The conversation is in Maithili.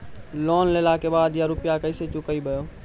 लोन लेला के बाद या रुपिया केसे चुकायाबो?